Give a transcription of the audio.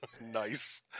Nice